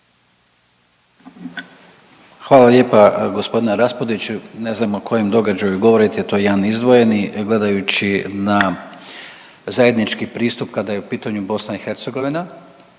Hvala lijepa gospodine Raspudić. Ne znam o kojem događaju govorite, a to je jedan izdvojeni gledajući na zajednički pristup kada je u pitanju BIH, onda